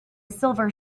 silver